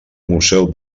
museu